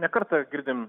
ne kartą girdim